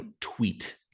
tweet